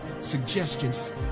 Suggestions